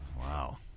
Wow